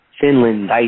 Finland